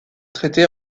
traités